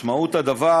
משמעות הדבר